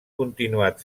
continuat